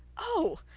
oh,